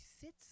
sits